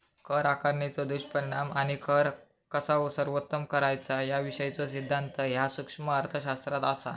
कर आकारणीचो दुष्परिणाम आणि कर कसा सर्वोत्तम करायचा याविषयीचो सिद्धांत ह्या सूक्ष्म अर्थशास्त्रात असा